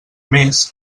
més